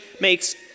makes